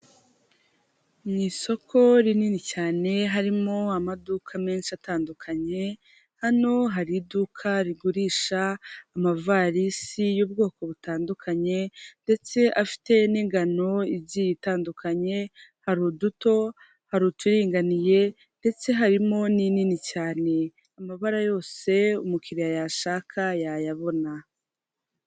Mu isoko rinini cyane harimo amaduka menshi atandukanye, hano hari iduka rigurisha amavarisi y'ubwoko butandukanye ndetse afite n'ingano igiye itandukanye, hari uduto, hari uturinganiye ndetse harimo n'inini cyane, amabara yose umukiriya yashaka yayabona.